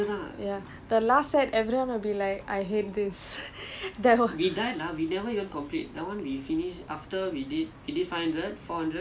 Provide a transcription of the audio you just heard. that motivation will last for maybe the first two set lah the last set everyone will be like I hate this